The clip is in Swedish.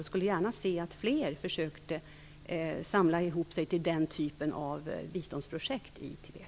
Jag skulle gärna se att fler försökte samla ihop sig till den typen av biståndsprojekt i Tibet.